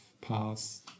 pass